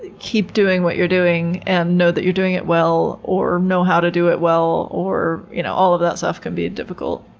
keep doing what you're doing and know that you're doing it well, or know how to do it well, you know all of that stuff can be difficult.